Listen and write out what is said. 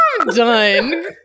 done